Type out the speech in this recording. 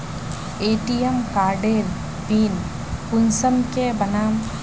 ATM कार्डेर pin कुंसम के बनाम?